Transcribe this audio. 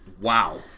Wow